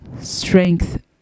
strength